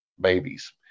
babies